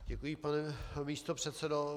Děkuji, pane místopředsedo.